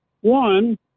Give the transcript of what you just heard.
One